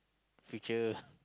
future